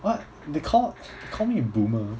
what they call call me boomer